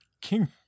King